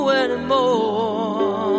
anymore